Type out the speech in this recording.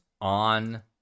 on